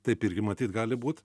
taip irgi matyt gali būt